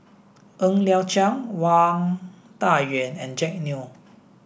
Ng Liang Chiang Wang Dayuan and Jack Neo